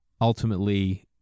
ultimately